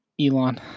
Elon